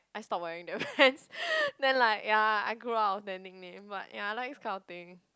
I stop wearing the pants then like ya I grew up with the nickname but ya I like this kind of thing